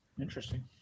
Interesting